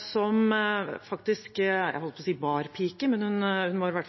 som – jeg holdt på å si barpike